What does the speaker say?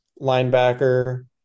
linebacker